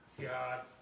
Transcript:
God